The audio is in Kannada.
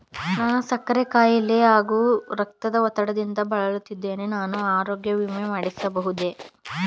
ನಾನು ಸಕ್ಕರೆ ಖಾಯಿಲೆ ಹಾಗೂ ರಕ್ತದ ಒತ್ತಡದಿಂದ ಬಳಲುತ್ತಿದ್ದೇನೆ ನಾನು ಆರೋಗ್ಯ ವಿಮೆ ಮಾಡಿಸಬಹುದೇ?